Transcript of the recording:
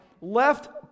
left